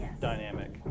dynamic